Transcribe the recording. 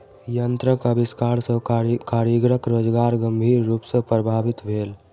यंत्रक आविष्कार सॅ कारीगरक रोजगार गंभीर रूप सॅ प्रभावित भेल